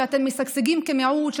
שאתם משגשגים כמיעוט,